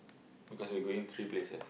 because we going three places